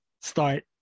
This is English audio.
start